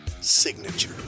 signature